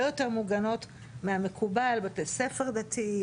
יותר מוגנות מהמקובל בתי ספר דתיים,